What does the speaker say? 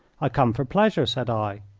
i come for pleasure, said i.